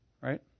right